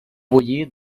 bullir